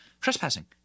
trespassing